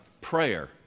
prayer